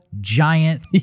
giant